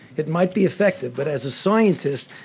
it might be effective. but as a scientist,